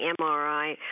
MRI